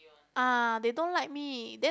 ah they don't like me then